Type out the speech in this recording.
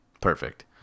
Perfect